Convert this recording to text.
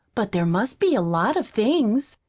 but there must be a lot of things,